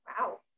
wow